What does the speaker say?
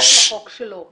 החוק שלו.